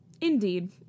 Indeed